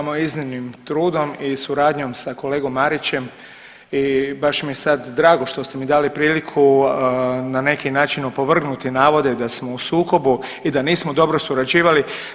Samo iznimnim trudom i suradnjom sa kolegom Marićem i baš mi je sad drago što ste mi dali priliku na neki način opovrgnuti navode da smo u sukobu i da nismo dobro surađivali.